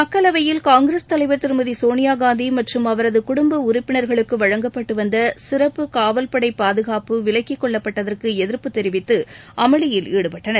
மக்களவையில் காங்கிரஸ் தலைவர் திருமதி சோனியா காந்தி மற்றும் அவரது குடும்ப உறுப்பினர்களுக்கு வழங்கப்பட்டு வந்த சிறப்பு காவல்படை பாதுகாப்பு விலக்கிக் கொள்ளப்பட்டதற்கு எதிர்ப்பு தெரிவித்து அமளியில் ஈடுபட்டனர்